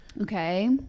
Okay